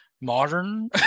modern